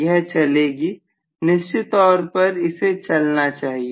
यह चलेगी निश्चित तौर पर इसे चलना चाहिए